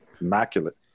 immaculate